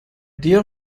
dear